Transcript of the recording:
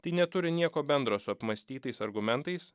tai neturi nieko bendro su apmąstytais argumentais